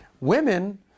Women